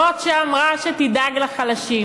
זאת שאמרה שתדאג לחלשים.